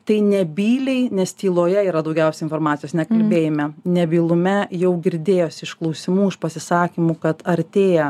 tai nebyliai nes tyloje yra daugiausiai informacijos ne kalbėjime nebylume jau girdėjosi iš klausimų iš pasisakymų kad artėja